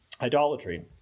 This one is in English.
Idolatry